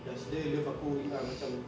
does dia love aku macam